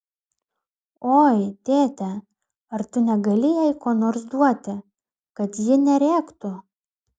oi tėte ar tu negali jai ko nors duoti kad ji nerėktų